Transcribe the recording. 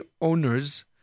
owners